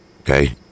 Okay